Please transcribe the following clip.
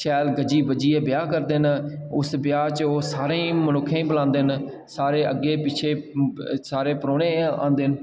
ते शैल रज्जी गज्जियै ब्याह् करदे न उस ब्याह् च ओह् सारे मनुक्खें गी बलांदे न ते सारे अग्गें पिच्छे सारे परौह्ने आंदे न